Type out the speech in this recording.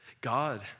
God